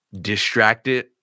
distracted